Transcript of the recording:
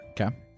Okay